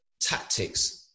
tactics